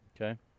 Okay